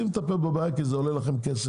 שאם בכלל לא רוצים לטפל בבעיות כי זה עולה לכם כסף.